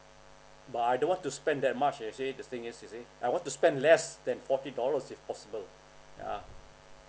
but I don't want to spend that much you see the thing is you see I want to spend less than forty dollars if possible yeah